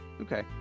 Okay